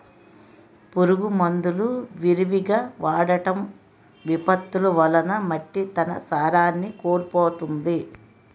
పురుగు మందులు విరివిగా వాడటం, విపత్తులు వలన మట్టి తన సారాన్ని కోల్పోతుంది